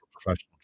professional